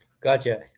gotcha